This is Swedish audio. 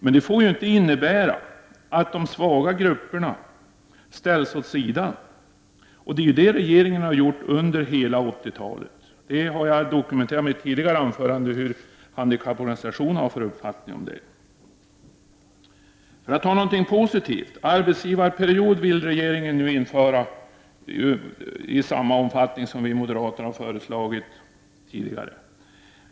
Men det får inte innebära att de svaga grupperna ställs åt sidan, vilket regeringen emellertid har gjort under hela 80-talet. I mitt tidigare anförande dokumenterade jag vilken uppfattning handikapporganisationerna har om detta. För att ta någonting positivt kan jag nämna att regeringen nu vill införa en arbetsgivarperiod av samma omfattning som vi moderater tidigare har föreslagit.